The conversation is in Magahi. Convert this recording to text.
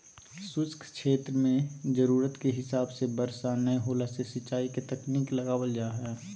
शुष्क क्षेत्र मे जरूरत के हिसाब से बरसा नय होला से सिंचाई के तकनीक लगावल जा हई